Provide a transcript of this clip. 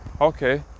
Okay